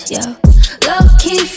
Low-key